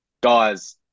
guys